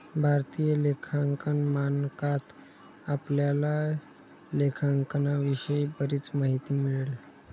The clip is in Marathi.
भारतीय लेखांकन मानकात आपल्याला लेखांकनाविषयी बरीच माहिती मिळेल